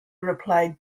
replied